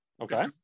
okay